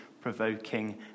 provoking